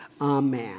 Amen